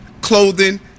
clothing